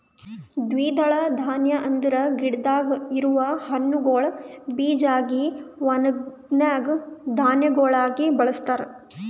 ದ್ವಿದಳ ಧಾನ್ಯ ಅಂದುರ್ ಗಿಡದಾಗ್ ಇರವು ಹಣ್ಣುಗೊಳ್ ಬೀಜ ಆಗಿ ಒಣುಗನಾ ಧಾನ್ಯಗೊಳಾಗಿ ಬಳಸ್ತಾರ್